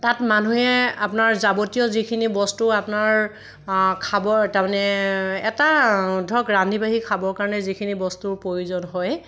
তাত মানুহে আপোনাৰ যাৱতীয় যিখিনি বস্তু আপোনাৰ খাবৰ তাৰমানে এটা ধৰক ৰান্ধি বাঢ়ি খাবৰ কাৰণে যিখিনি বস্তুৰ প্ৰয়োজন হয়